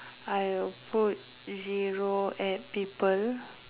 I will put zero at people